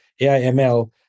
AIML